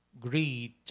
greed